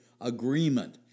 agreement